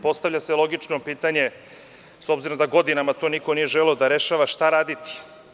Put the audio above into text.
Postavlja se logično pitanje, s obzirom da godinama to niko nije želeo da rešava, šta raditi?